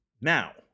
now